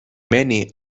many